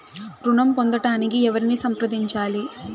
ఋణం పొందటానికి ఎవరిని సంప్రదించాలి?